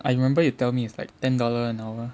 I remember you tell me is like ten dollar an hour